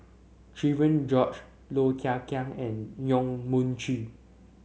Cherian George Low Thia Khiang and Yong Mun Chee